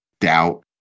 doubt